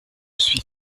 suis